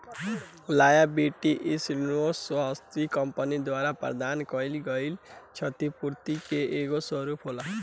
liability insurance वस्तुतः company द्वारा प्रदान कईल गईल छतिपूर्ति के एगो स्वरूप होला